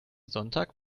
sonntag